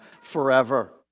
forever